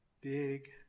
big